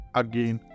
again